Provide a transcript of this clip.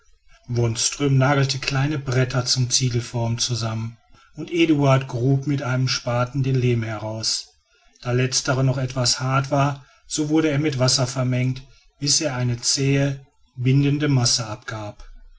wonström nagelte kleine bretter zu ziegelformen zusammen und eduard grub mit einem spaten den lehm heraus da letzterer noch etwas hart war so wurde er mit wasser vermengt bis er eine zähe bindende masse abgab